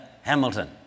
Hamilton